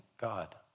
God